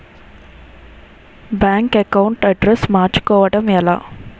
Bank account address మార్చుకోవడం ఎలా?